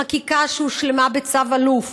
חקיקה שהושלמה בצו אלוף.